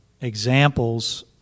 examples